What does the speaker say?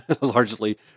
Largely